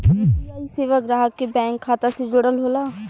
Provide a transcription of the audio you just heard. UPI सेवा ग्राहक के बैंक खाता से जुड़ल होला